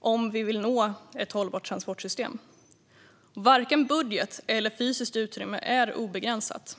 om vi vill nå ett hållbart transportsystem. Varken budget eller fysiskt utrymme är obegränsat.